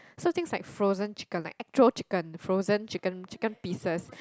so things like frozen chicken like raw chicken frozen chicken chicken pieces